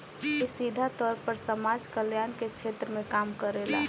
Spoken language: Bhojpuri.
इ सीधा तौर पर समाज कल्याण के क्षेत्र में काम करेला